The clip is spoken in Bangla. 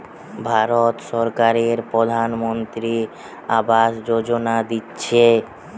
ভারত সরকারের প্রধানমন্ত্রী আবাস যোজনা দিতেছে